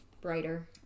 Brighter